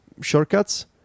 shortcuts